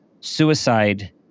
suicide